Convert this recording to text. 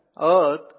earth